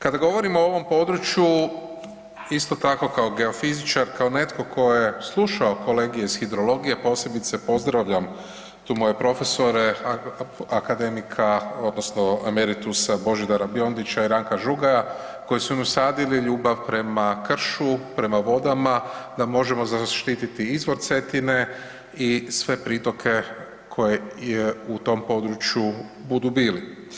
Kada govorimo o ovom području, isto tako kao geofizičar, kao netko tko je slušao kolegije iz hidrologije posebice pozdravljam tu moje profesore, akademika odnosno emeritusa Božidara Biondića i Ranka Žugaja koji su mi usadili ljubav prema kršu, prema vodama da možemo zaštititi izvor Cetine i sve pritoke koje u tom području budu bili.